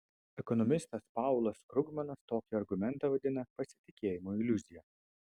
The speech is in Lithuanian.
ekonomistas paulas krugmanas tokį argumentą vadina pasitikėjimo iliuzija